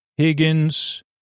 Higgins